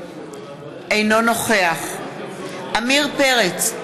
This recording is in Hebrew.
אינו נוכח עמיר פרץ,